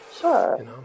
Sure